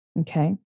Okay